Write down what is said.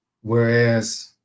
whereas